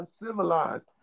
uncivilized